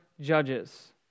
judges